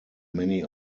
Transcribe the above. many